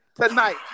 Tonight